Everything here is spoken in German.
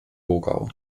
wogau